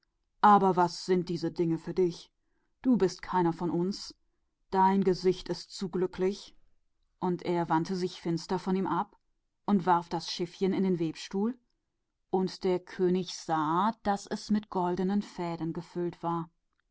aber was geht dich das an du bist keiner von uns dein gesicht ist zu glücklich und er wandte sich mürrisch fort und warf das schiffchen durch den webstuhl und der junge könig sah daß es mit einem goldenen faden gefädelt war